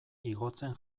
igotzen